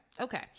okay